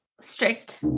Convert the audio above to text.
strict